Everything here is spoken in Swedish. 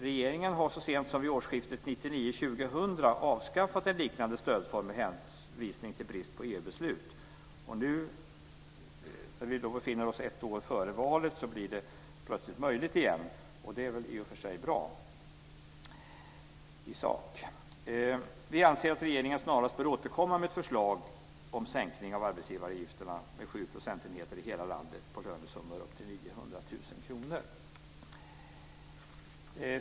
Regeringen har så sent som vid årsskiftet 1999/2000 avskaffat en liknande stödform med hänvisning till brist på EU-beslut. Nu ett år före valet blir det plötsligt möjligt igen, och det är väl i och för sig bra i sak. Vi anser att regeringen snarast bör återkomma med ett förslag om en sänkning av arbetsgivaravgifterna med 7 procentenheter i hela landet på lönesummor upp till 900 000 kr.